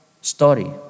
story